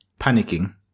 panicking